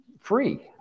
free